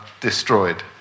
destroyed